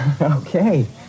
Okay